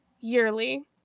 yearly